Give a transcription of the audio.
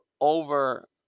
over